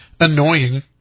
annoying